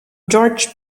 george